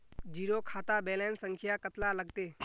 Zero खाता balance संख्या कतला लगते?